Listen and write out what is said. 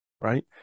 right